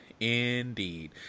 indeed